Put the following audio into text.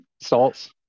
Salts